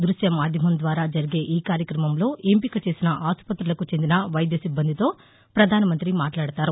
ద్బశ్యమాద్యమం ద్వారా జరిగే ఈకార్యక్రమంలో ఎంపిక చేసిన ఆసుపత్రులకు చెందిన వైద్య సిబ్బందితో ప్రధానమంత్రి మాట్లాడతారు